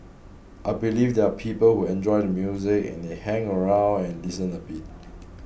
I believe there are people who enjoy the music and they hang around and listen a bit